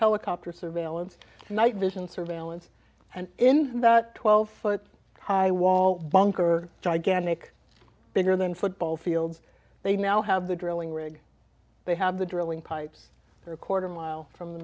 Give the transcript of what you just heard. helicopters surveillance night vision surveillance and in that twelve foot high wall bunker gigantic bigger than football fields they now have the drilling rig they have the drilling pipes they're a quarter mile from the